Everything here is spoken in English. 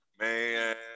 man